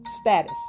status